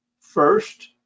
First